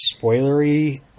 spoilery